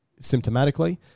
symptomatically